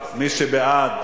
מי שבעד,